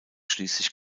schließlich